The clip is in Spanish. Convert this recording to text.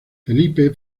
felipe